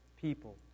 people